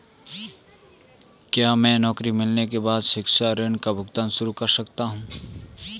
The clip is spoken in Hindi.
क्या मैं नौकरी मिलने के बाद शिक्षा ऋण का भुगतान शुरू कर सकता हूँ?